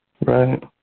Right